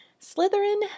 Slytherin